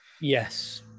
yes